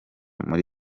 muri